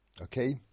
Okay